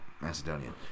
macedonian